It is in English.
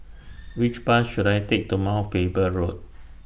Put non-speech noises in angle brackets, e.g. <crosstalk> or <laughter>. <noise> Which Bus should I Take to Mount Faber Road